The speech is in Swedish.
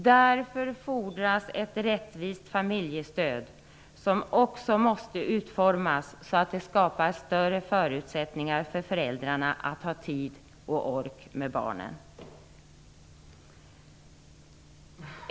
Därför fordras ett rättvist familjestöd som också måste utformas så att det skapas större förutsättningar för föräldrarna att ha tid och ork med barnen.